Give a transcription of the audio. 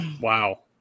Wow